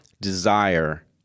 desire